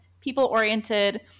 people-oriented